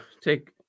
take